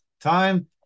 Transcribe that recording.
time